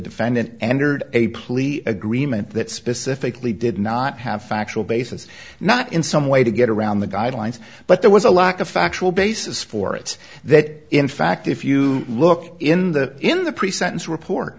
defendant entered a plea agreement that specifically did not have factual basis not in some way to get around the guidelines but there was a lack of factual basis for it that in fact if you look in the in the pre sentence report